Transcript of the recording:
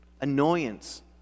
annoyance